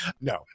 No